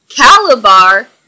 Calabar